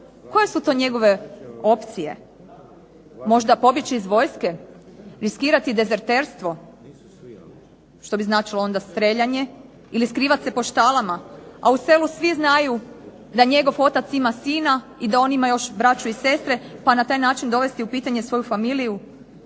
Koje su to njegove opcije? Možda pobjeći iz vojske, riskirati dezerterstvo, što bi značilo onda strijeljanje ili skrivati se po štalama. A u selu svi znaju da njegov otac ima sina i da on još ima braću i sestre pa onda na taj način dovesti u pitanje svoju familiju